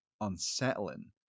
unsettling